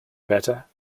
better